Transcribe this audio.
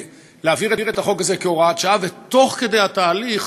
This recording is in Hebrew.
ולהעביר את החוק הזה כהוראת שעה, ותוך כדי התהליך,